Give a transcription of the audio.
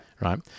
right